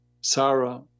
Sarah